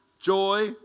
joy